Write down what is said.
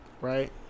Right